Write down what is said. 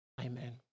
amen